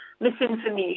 misinformation